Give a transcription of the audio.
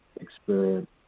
experience